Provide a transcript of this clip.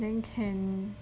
then can